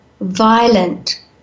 violent